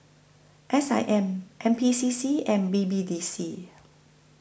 S I M N P C C and B B D C